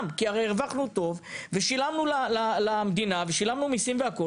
כי הרווחנו טוב ושילמנו למדינה ושילמנו מיסים והכול.